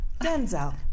Denzel